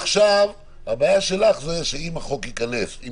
עכשיו הבעיה שלך זה שאם החוק ייכנס עם